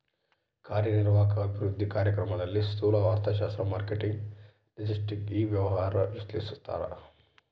ಕಾರ್ಯನಿರ್ವಾಹಕ ಅಭಿವೃದ್ಧಿ ಕಾರ್ಯಕ್ರಮದಲ್ಲಿ ಸ್ತೂಲ ಅರ್ಥಶಾಸ್ತ್ರ ಮಾರ್ಕೆಟಿಂಗ್ ಲಾಜೆಸ್ಟಿಕ್ ಇ ವ್ಯವಹಾರ ವಿಶ್ಲೇಷಿಸ್ತಾರ